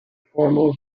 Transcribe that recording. formal